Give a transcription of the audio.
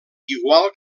igual